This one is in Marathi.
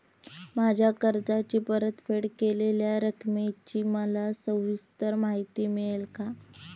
माझ्या कर्जाची परतफेड केलेल्या रकमेची मला सविस्तर माहिती मिळेल का?